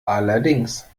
allerdings